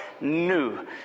new